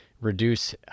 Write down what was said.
reduce